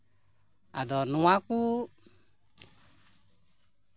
ᱟᱫᱚ ᱱᱚᱣᱟ ᱠᱚ